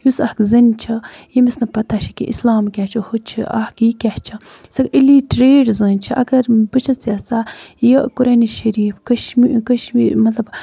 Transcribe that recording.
یُس اکھ زٔنۍ چھِ ییٚمس نہٕ پَتہ چھُ کہِ اِسلام کیاہ چھُ ہُہ چھُ اکھ یہِ کیاہ چھُ سۄ اِلِٹریٹ زٔنۍ چھِ اَگر بہٕ چھَس یَژھان یہِ قۄرانہِ شٔریٖف کشمی کشمی مطلب